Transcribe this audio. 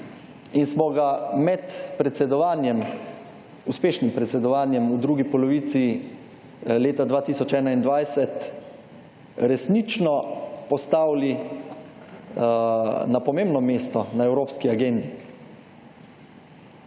In smo ga med predsedovanjem, uspešnim predsedovanjem v drugi polovici leta 2012 resnično postavili na pomembno mesto na evropski agendi.